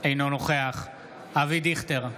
אינו נוכח אבי דיכטר,